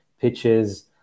pitches